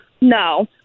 no